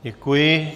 Děkuji.